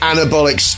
Anabolic